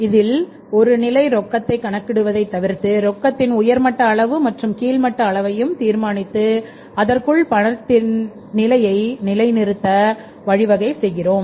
இதில் ஒரு நிலை ரொக்கத்தை கணக்கிடுவதை தவிர்த்து ரொக்கத்தின் உயர் மட்ட அளவு மற்றும் கீழ்மட்ட அளவையும் தீர்மானித்து அதற்குள் பணத்தின்நிலையை நிலைநிறுத்த வழிவகை செய்கிறோம்